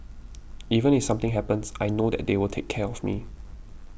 even if something happens I know that they will take care of me